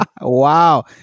Wow